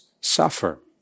suffer